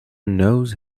knows